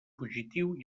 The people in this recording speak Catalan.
fugitiu